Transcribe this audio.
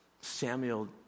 Samuel